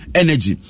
energy